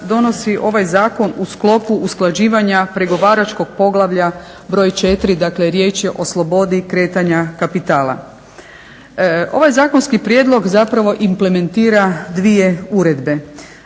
donosi ovaj zakon u sklopu usklađivanja pregovaračkog poglavlja br. 4 dakle riječ je o slobodi kretanja kapitala. Ovaj zakonski prijedlog implementira dvije uredbe.